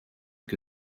que